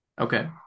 Okay